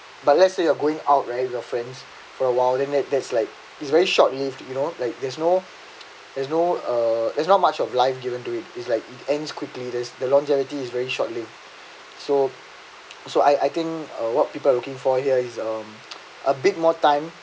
but let's say you are going out right with your friends for awhile and there there's like is very short lived you know like there's no there's no uh it's not much of life given to it is like it ends quickly there's the longevity is very shortly so so I I think what people are looking for here is um a bit more time